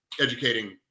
educating